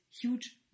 huge